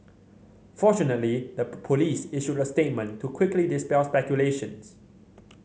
fortunately the police issued a statement to quickly dispel speculations